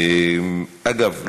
אגב,